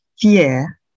fear